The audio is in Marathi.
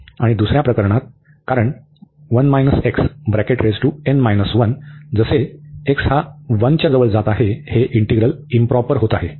आणि दुसर्या प्रकरणात कारण जसे x → 1 हे इंटीग्रल इंप्रॉपर होत आहे